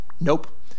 Nope